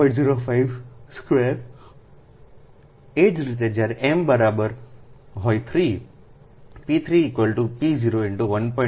052 એ જ રીતે જ્યારે એમ બરાબર હોય 3 p3 p0 1